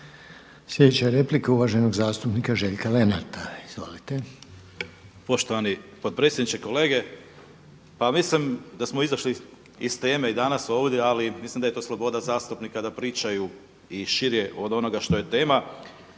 Slijedeća replika je uvaženog zastupnika Željka Lenarta. Izvolite. **Lenart, Željko (HSS)** Poštovani potpredsjedniče, kolege pa mislim da smo izašli iz teme i danas ovdje ali mislim da je to sloboda zastupnika da pričaju i šire od onoga što je tema.